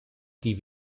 die